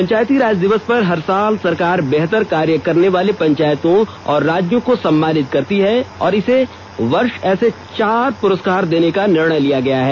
पंचायती राज दिवस पर हर साल सरकार बेहतर कार्य करने वाले पंचायतों और राज्यों को सम्मानित करती है और इस वर्ष ऐसे चार पुरस्कार देने का निर्णय लिया गया है